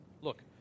look